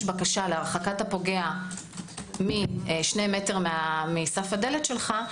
בקשה להרחקת הפוגע משני מטר מסף דלתך,